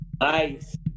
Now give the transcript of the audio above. Nice